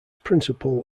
principal